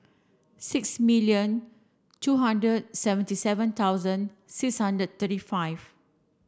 six million two hundred seventy seven thousand six hundred thirty five